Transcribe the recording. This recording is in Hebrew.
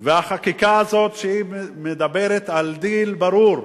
והחקיקה הזאת, שמדברת על דיל ברור,